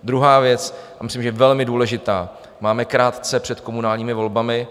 Druhá věc, myslím si, že velmi důležitá: máme krátce před komunálními volbami.